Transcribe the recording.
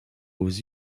aux